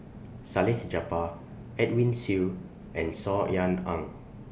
Salleh Japar Edwin Siew and Saw Ean Ang